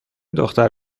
دختر